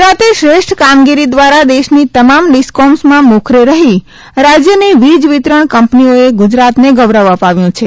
ગુજરાતે શ્રેષ્ઠ કામગીરી દ્વારા દેશની તમામ ડિસકોમ્સમાં મોખરે રહી રાજયની વીજવિતરણ કંપનીઓએ ગૌરવ અપાયુ છે